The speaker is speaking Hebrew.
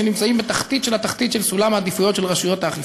שנמצאים בתחתית של התחתית של סולם העדיפויות של רשויות האכיפה.